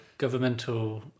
governmental